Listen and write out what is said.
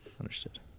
Understood